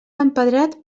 empedrat